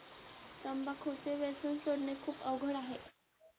तंबाखूचे व्यसन सोडणे खूप अवघड आहे